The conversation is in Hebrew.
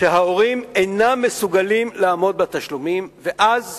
שההורים אינם מסוגלים לעמוד בתשלומים, ואז